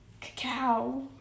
Cacao